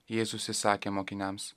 jėzus įsakė mokiniams